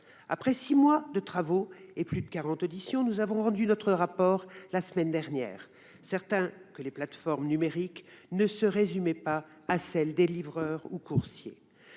Après six mois de travaux et plus de quarante auditions, nous avons rendu notre rapport la semaine dernière, certains que les plateformes numériques ne se résument pas à celles des livreurs et des coursiers.